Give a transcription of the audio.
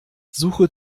suche